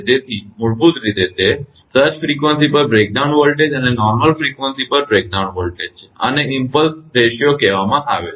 તેથી મૂળભૂત રીતે તે સર્જ ફ્રીક્વન્સી પર બ્રેકડાઉન વોલ્ટેજ અને નોર્મલ સિસ્ટમ ફ્રીક્વન્સી પર બ્રેકડાઉન વોલ્ટેજ છે આને ઇમપ્લસ ગુણોત્તર કહેવામાં આવે છે